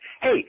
Hey